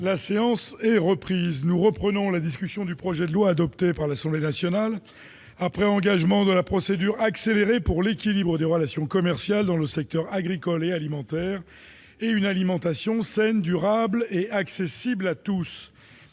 La séance est reprise. Nous poursuivons la discussion du projet de loi, adopté par l'Assemblée nationale après engagement de la procédure accélérée, pour l'équilibre des relations commerciales dans le secteur agricole et alimentaire et une alimentation saine, durable et accessible à tous.